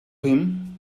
him